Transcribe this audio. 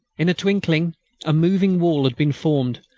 in a twinkling a moving wall had been formed,